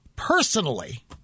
personally